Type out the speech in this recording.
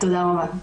תודה רבה.